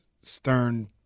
stern